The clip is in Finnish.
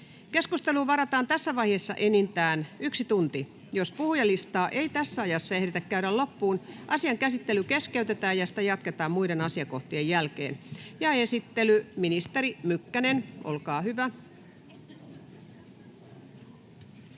Keskusteluun varataan tässä vaiheessa enintään yksi tunti. Jos puhujalistaa ei tässä ajassa ehditä käydä loppuun, asian käsittely keskeytetään ja sitä jatketaan muiden asiakohtien jälkeen. — Esittely, ministeri Mykkänen, olkaa hyvä.